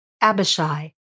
Abishai